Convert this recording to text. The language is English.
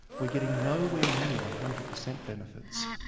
we're getting nowhere near one hundred percent benefits.